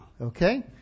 Okay